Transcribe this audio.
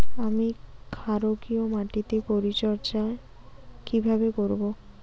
আমি ক্ষারকীয় মাটির পরিচর্যা কিভাবে করব?